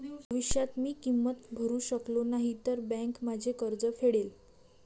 भविष्यात मी किंमत भरू शकलो नाही तर बँक माझे कर्ज फेडेल